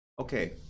okay